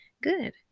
good